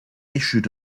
issued